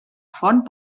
font